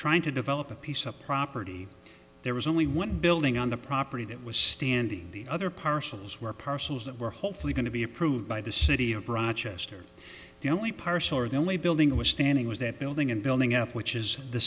trying to develop a piece of property there was only what building on the property that was standing the other parcels were parcels that were hopefully going to be approved by the city of rochester the only parcel or the only building that was standing was that building and building f which is the